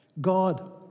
God